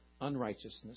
unrighteousness